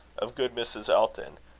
of good mrs. elton,